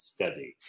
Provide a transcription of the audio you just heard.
Study